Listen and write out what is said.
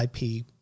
IP